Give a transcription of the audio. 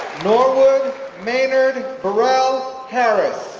norwood maynard burrell harris